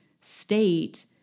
state